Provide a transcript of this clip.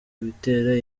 bitera